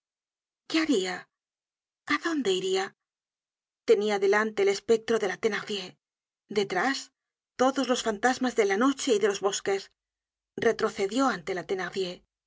qué haria a dónde iria tenia delante el espectro de la thenardier detrás todos los fantasmas de la noche y de los bosques retrocedió ante la